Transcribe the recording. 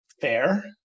fair